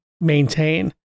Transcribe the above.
maintain